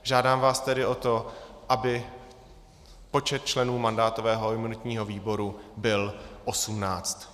Žádám vás tedy o to, aby počet členů mandátového a imunitního výboru byl 18.